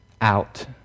out